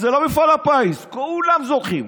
זה לא מפעל הפיס, כולם זוכים.